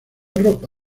ropa